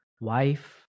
wife